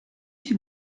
qui